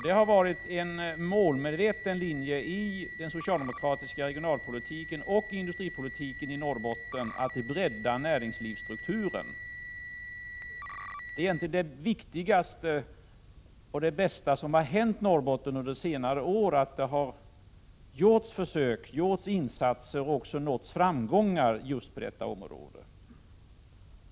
Det har varit en målmedveten linje i den socialdemokratiska regionalpolitiken och industripolitiken i Norrbotten att bredda näringslivsstrukturen. Det egentligen viktigaste och bästa som har hänt Norrbotten under senare år är att det har gjorts försök och insatser och även nåtts framgångar just på detta område.